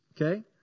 okay